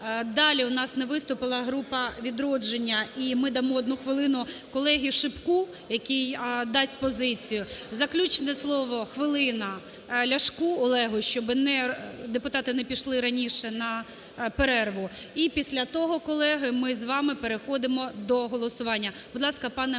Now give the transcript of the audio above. Далі, у нас не виступила група "Відродження", і ми дамо 1 хвилину колезі Шипку, який дасть позицію. Заключне слово, хвилина – Ляшку Олегу, щоби депутати не пішли раніше на перерву. І після того, колеги, ми з вами переходимо до голосування. Будь ласка, пане Мусій,